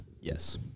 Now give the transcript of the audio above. Yes